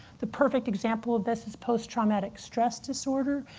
the perfect example of this is post-traumatic stress disorder.